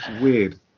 weird